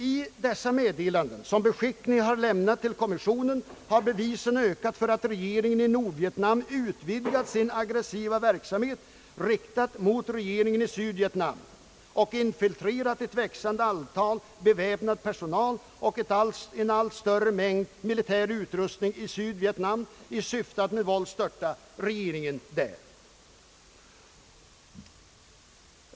I dessa meddelanden som beskickningen lämnat till kommissionen har bevisen ökat för att regeringen i Nordvietnam utvidgat sin aggressiva verksamhet, riktad mot regeringen i Sydvietnam, och infiltrerat ett växande antal väpnad personal och en allt större mängd militär utrustning i Sydvietnam i syfte att med våld störta regeringen i Sydvietnam.